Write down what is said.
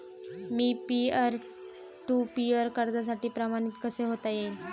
Me peer to peer कर्जासाठी प्रमाणित कसे होता येईल?